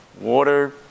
water